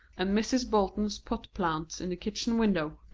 and mrs. bolton's pot plants in the kitchen window.